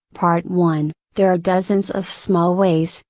part one there are dozens of small ways,